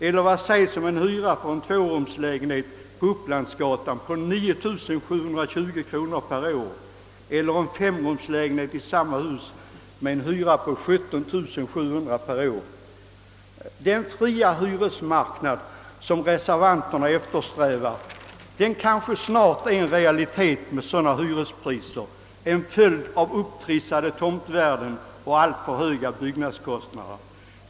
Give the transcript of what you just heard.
Eller vad sägs om en hyra för en tvårumslägenhet på Upplandsgatan på 9 720 kronor per år eller för en femrumslägenhet 17 700 kronor per år? Den fria hyresmarknad som reservanterna eftersträvar är kanske snart en realitet med sådana hyror — en följd av upptrissade tomtvärden och alltför höga byggnadskostnader.